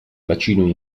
bacino